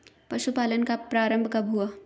पशुपालन का प्रारंभ कब हुआ?